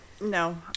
No